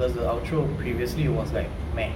because the outro previously was like meh